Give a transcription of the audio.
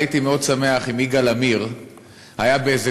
הייתי מאוד שמח אם יגאל עמיר היה אומר באיזה